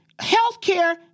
Healthcare